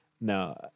No